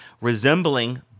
resembling